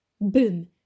Boom